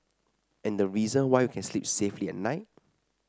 and the reason why we can sleep safely at night